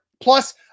plus